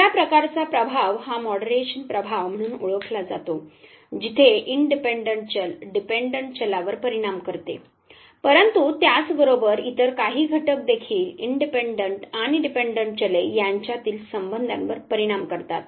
दुसर्या प्रकारचा प्रभाव हा मॉडरेशन प्रभाव म्हणून ओळखला जातो जिथे इनडिपेंडंट चल डिपेंडंट चलावर परिणाम करते परंतु त्याचबरोबर इतर काही घटक देखील इनडिपेंडंट आणि डिपेंडंट चले यांच्यातील संबंधांवर परिणाम करतात